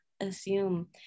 assume